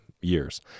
years